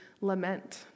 lament